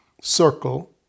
circle